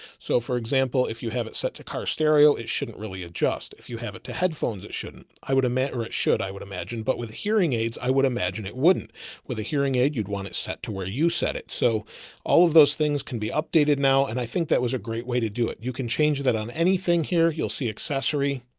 so for example, if you have it set to car stereo, it shouldn't really adjust if you have it to headphones, it shouldn't, i would imagine, or it should, i would imagine, but with hearing aids, i would imagine it wouldn't with a hearing aid. you'd want it set to where you set it. so all of those things can be updated now. and i think that was a great way to do it. you can change that on anything here. you'll see accessory,